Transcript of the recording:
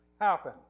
happen